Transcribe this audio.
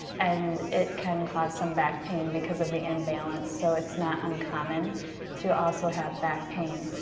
and it can cause some back pain because of the imbalance, so it's not uncommon to also have back pain.